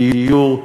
דיור,